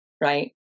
right